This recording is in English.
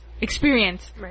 experience